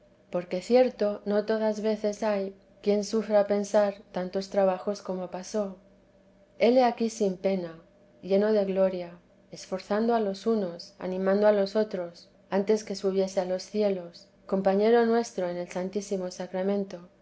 porque cierto no todas veces hay quien sufra pensar tantos trabajos como pasó hele aquí sin pena lleno de gloria esforzando a los unos animando a los otros antes que subiese a los cielos compañero nuestro en el santísimo sacramento